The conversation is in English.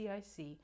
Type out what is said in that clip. CIC